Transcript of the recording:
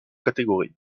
catégories